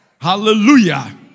Hallelujah